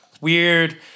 Weird